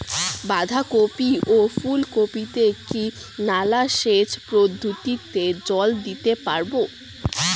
বাধা কপি ও ফুল কপি তে কি নালা সেচ পদ্ধতিতে জল দিতে পারবো?